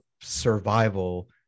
survival